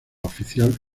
oficial